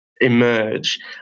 emerge